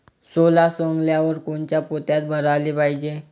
सोला सवंगल्यावर कोनच्या पोत्यात भराले पायजे?